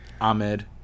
Ahmed